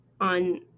on